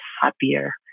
happier